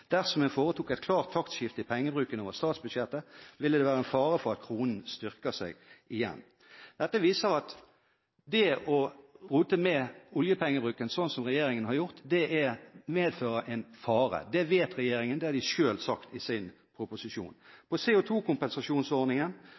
Dersom en foretok et klart taktskifte i pengebruken over statsbudsjettet, ville det være en fare for at kronen styrker seg igjen. Dette viser at det å rote med oljepengebruken, sånn som regjeringen har gjort, medfører en fare. Det vet regjeringen – det har de selv sagt i sin proposisjon. På